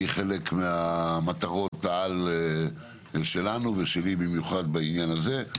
היא חלק ממטרות העל שלנו, ושלי במיוחד בעניין הזה.